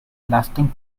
lasting